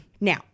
Now